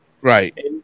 Right